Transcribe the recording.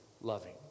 loving